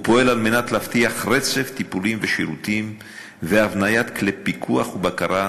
ופועל על מנת להבטיח רצף טיפולים ושירותים והבניית כלי פיקוח ובקרה,